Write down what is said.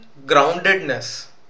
groundedness